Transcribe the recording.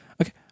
Okay